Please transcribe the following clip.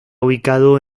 ubicado